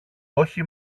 όχι